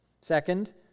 second